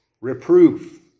reproof